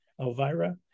Elvira